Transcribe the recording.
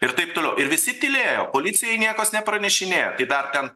ir taip toliau ir visi tylėjo policijai niekos nepranešinėjo tai dar ten